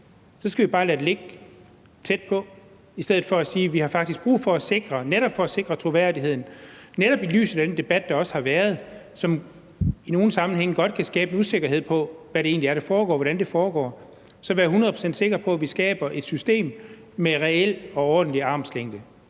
Så skal vi bare lade det ligge tæt på i stedet for at sige, at vi faktisk har brug for at være hundrede procent sikre på – netop for at sikre troværdigheden og netop i lyset af den debat, der også har været, som i nogle sammenhænge godt kan skabe usikkerhed om, hvad det egentlig er, der foregår, og hvordan det foregår – at vi skaber et system med en reel og ordentlig armslængde.